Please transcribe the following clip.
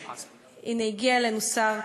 הנה, הגיע אלינו שר.